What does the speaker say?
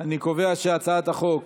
אני קובע שהצעת החוק